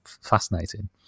fascinating